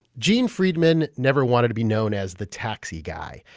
gene freidman never wanted to be known as the taxi guy.